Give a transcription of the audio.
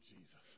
Jesus